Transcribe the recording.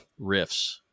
riffs